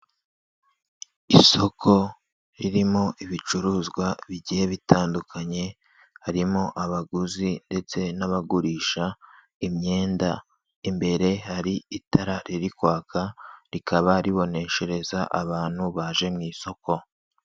Isoko ririmo ibicuruzwa bigiye bitandukanye, harimo abaguzi ndetse n'abagurisha imyenda, imbere hari itara riri kwaka, rikaba riboneshereza abantu baje mu isoko.